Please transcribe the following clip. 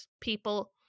people